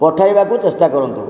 ପଠାଇବାକୁ ଚେଷ୍ଟା କରନ୍ତୁ